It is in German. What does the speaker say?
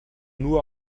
nur